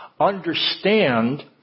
understand